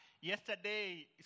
yesterday